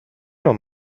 non